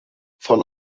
von